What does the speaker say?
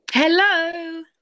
Hello